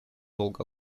долго